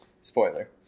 Spoiler